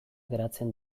geratzen